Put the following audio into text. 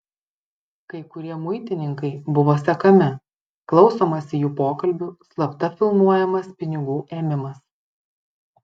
kai kurie muitininkai buvo sekami klausomasi jų pokalbių slapta filmuojamas pinigų ėmimas